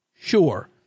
Sure